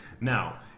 now